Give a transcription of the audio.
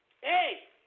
hey